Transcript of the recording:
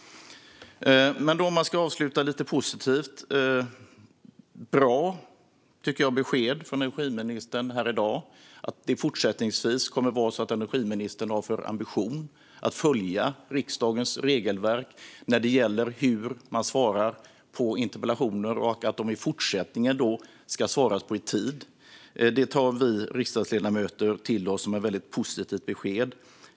Men, för att avsluta lite positivt, tycker jag att det är ett bra besked från energiministern att hon fortsättningsvis kommer att ha ambitionen att följa riksdagens regelverk när det gäller hur man svarar på interpellationer och att de i fortsättningen ska besvaras i tid. Det tar vi riksdagsledamöter till oss som väldigt positivt.